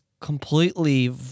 completely